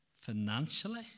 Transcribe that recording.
financially